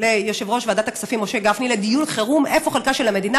ליושב-ראש ועדת הכספים משה גפני כדי לדיון חירום: איפה חלקה של המדינה,